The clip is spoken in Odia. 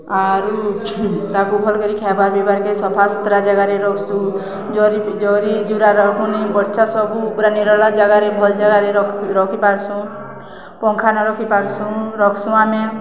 ଆରୁ ତାକୁ ଭଲ କରି ଖାଇବାର୍ ପିଇବାର୍କେ ସଫା ସୁତୁରା ଜାଗାରେ ରଖ୍ସୁଁ ଜରି ଜରି ଜୁରା ରଖୁନି ବର୍ଛା ସବୁ ପୁରା ନିରଳା ଜାଗାରେ ଭଲ ଜାଗାରେ ରଖିପାର୍ସୁ ପଙ୍ଖାନ ରଖିପାର୍ସୁ ରଖ୍ସୁଁ ଆମେ